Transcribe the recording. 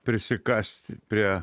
prisikast prie